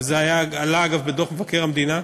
וזה עלה, אגב, בדוח מבקר המדינה.